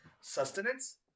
sustenance